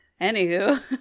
Anywho